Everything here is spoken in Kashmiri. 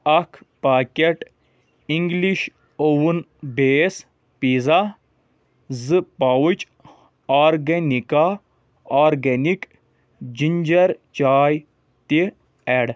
اکھ packet English oven base pizza زٕ پاوٕچ آرگیٚنِکا آرگیٚنِک جِنجَر چاے تہِ ایٚڈ